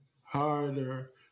harder